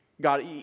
God